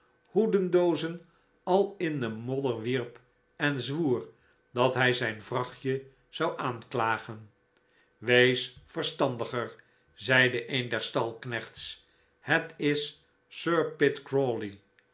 hoedendoozen al in de modder wierp en zwoer dat hij zijn vrachtje zou aanklagen wees verstandiger zeide een der stalknechts het is